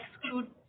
exclude